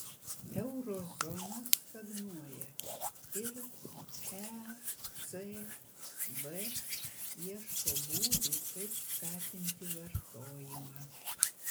euro zona stagnuoja ir ecb ieško būdų kaip skatinti vartojimą